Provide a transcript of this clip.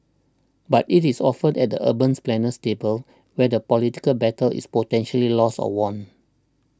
but it is often at the urban planner's table where the political battle is potentially lost or won